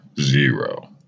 zero